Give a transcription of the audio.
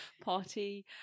Party